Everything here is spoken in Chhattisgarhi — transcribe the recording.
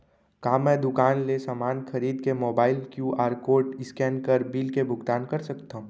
का मैं दुकान ले समान खरीद के मोबाइल क्यू.आर कोड स्कैन कर बिल के भुगतान कर सकथव?